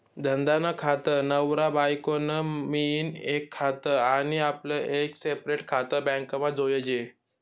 धंदा नं खातं, नवरा बायको नं मियीन एक खातं आनी आपलं एक सेपरेट खातं बॅकमा जोयजे